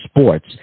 Sports